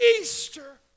Easter